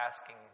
asking